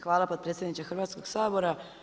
Hvala potpredsjedniče Hrvatskoga sabora.